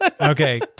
Okay